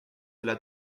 cela